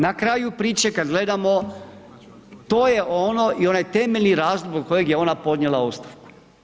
Na kraju priče, kad gledamo to je ono i onaj temeljni razlog zbog kojeg je ona podnijela ostavku.